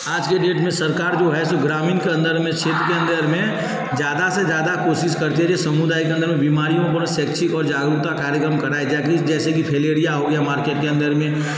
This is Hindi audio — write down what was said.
आज के डेट में सरकार जो है जो ग्रामीण के अंदर में क्षेत्र के अंदर में ज़्यादा से ज़्यादा कोशिश करती है कि समुदाय के अंदर बीमारियों को शैक्षिक और जागरूकता कार्यक्रम कराए जाए जैसे कि फलेरिया हो गया मार्केट के अंदर में